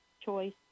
choice